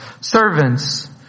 Servants